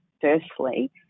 firstly